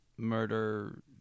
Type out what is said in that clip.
Murder